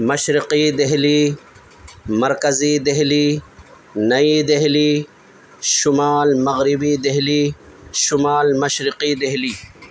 مشرقی دہلی مرکزی دہلی نئی دہلی شمال مغربی دہلی شمال مشرقی دہلی